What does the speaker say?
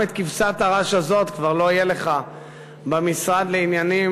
גם את כבשת הרש הזאת כבר לא יהיה לך במשרד לעניינים,